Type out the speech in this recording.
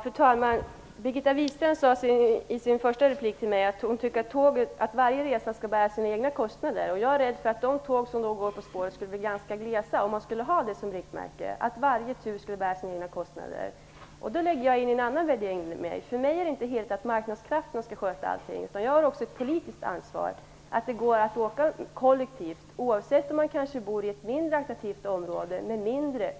Fru talman! Birgitta Wistrand sade i sin första replik till mig att hon tycker att varje resa skall bära sina egna kostnader. Jag är rädd för att tågtrafiken på spåret skulle bli ganska gles, om man skall ha som riktmärke att varje tur skall bära sina egna kostnader. Jag vill ha med en annan värdering. För mig är det inte heligt att marknadskrafterna skall sköta allting. Jag har också ett politiskt ansvar. Det skall gå att åka kollektivt - även om man bor i ett mindre attraktivt område som är mindre